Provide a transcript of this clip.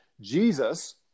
Jesus